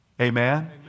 Amen